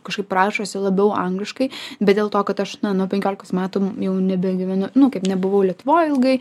kažkaip rašosi labiau angliškai bet dėl to kad aš na nuo penkiolikos metų jau nebegyvenu nu kaip nebuvau lietuvoj ilgai